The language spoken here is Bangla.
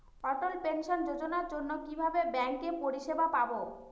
অটল পেনশন যোজনার জন্য কিভাবে ব্যাঙ্কে পরিষেবা পাবো?